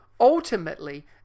Ultimately